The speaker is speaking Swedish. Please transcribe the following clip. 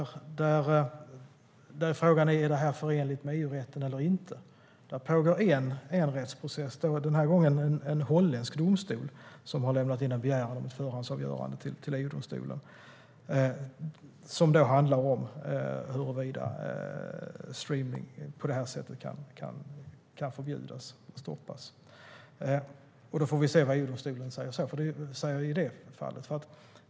Frågan är om det är förenligt med EU-rätten eller inte. En rättsprocess pågår. Den här gången är det en holländsk domstol som har lämnat in en begäran om att föra ett sådant avgörande till EU-domstolen. Det gäller alltså om streamning på det här sättet kan förbjudas och stoppas. Vi får se vad EU-domstolen säger i det fallet.